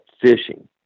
fishing